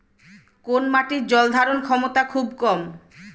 কোন মাটির জল ধারণ ক্ষমতা খুব কম?